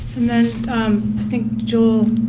and then i think joel